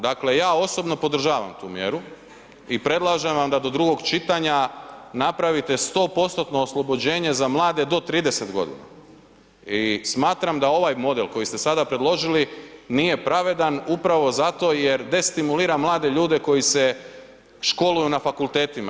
Dakle, ja osobno podržavam tu mjeru i predlažem vam da do drugog čitanja napravite 100%-no oslobođenje za mlade do 30 godina i smatram da ovaj model koji ste sada predložili nije pravedan upravo zato jer destimulira mlade ljude koji se školuju na fakultetima.